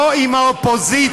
לא עם האופוזיציה,